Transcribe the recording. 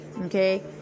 okay